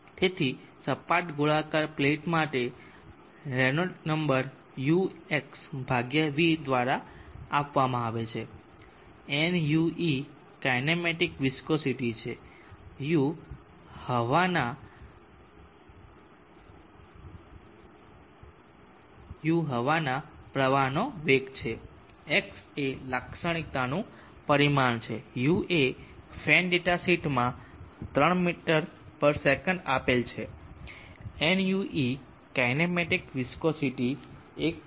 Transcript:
તેથી સપાટ ગોળાકાર પ્લેટ માટે રેનોલ્ડ્સ નંબર uX υ દ્વારા આપવામાં આવે છે nue કાઇનેટિક વિસ્કોસિટી છેu હવાના પ્રવાહનો વેગ છે x એ લાક્ષણિકતાઓનું પરિમાણ છે u એ ફેન ડેટા શીટમાં 3મી સેકંડ આપેલ છે nue કાઇનેટિક વિસ્કોસિટી 1